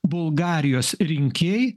bulgarijos rinkėjai